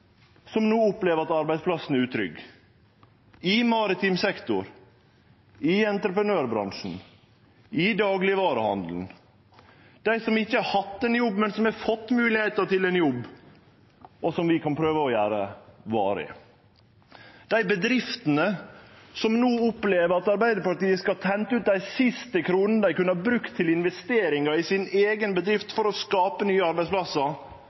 som no opplever at arbeidsplassen er utrygg: i maritim sektor, i entreprenørbransjen, i daglegvarehandelen – dei som ikkje har hatt ein jobb, men som har fått moglegheita til ein jobb, og som vi kan prøve å gjere varig. Bedriftene opplever no at Arbeidarpartiet skal hente ut dei siste kronene dei kunne ha brukt til investeringar i si eiga bedrift for å skape nye arbeidsplassar,